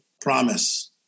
promise